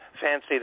fancy